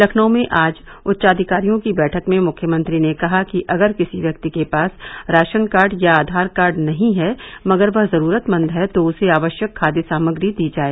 लखनऊ में आज उच्चाधिकारियों की बैठक में मुख्यमंत्री ने कहा कि अगर किसी व्यक्ति के पास राशन कार्ड या आधार कार्ड नहीं है मगर वह जरूरतमंद है तो उसे आवश्यक खाद्य सामग्री दी जाए